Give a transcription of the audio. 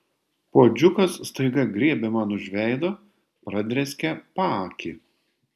puodžiukas staiga griebė man už veido pradrėskė paakį